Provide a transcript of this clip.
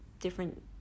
different